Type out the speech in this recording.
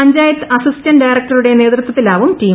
panchayat assistant ഡയറക്ടറുടെ നേതൃത്വത്തിലാവും team